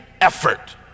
effort